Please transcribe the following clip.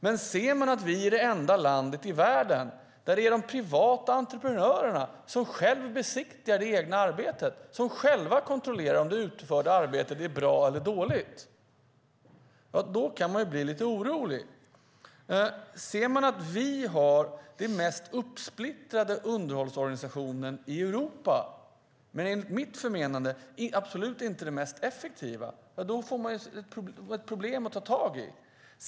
Men ser man att Sverige är det enda land i världen där det är de privata entreprenörerna som själva besiktigar det egna arbetet och som själva kontrollerar om det utförda arbetet är bra eller dåligt kan man bli lite orolig. Ser man att vi har den mest splittrade underhållsorganisationen i Europa, men enligt mitt förmenande absolut inte den mest effektiva, får man ett problem att ta tag i.